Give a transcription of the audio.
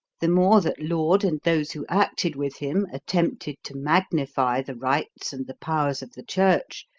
the more that laud, and those who acted with him, attempted to magnify the rites and the powers of the church,